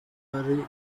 hari